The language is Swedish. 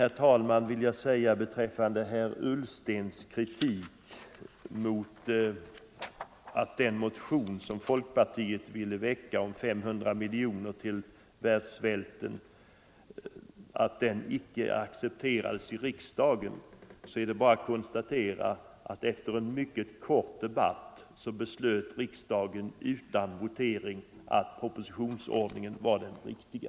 Herr Ullsten kritiserade det faktum att den motion som folkpartiet ville väcka om 500 miljoner till världsvälten icke accepterades av riksdagen. Det är då bara att konstatera att riksdagen efter mycket kort debatt utan votering beslöt att propositionsordningen var den riktiga.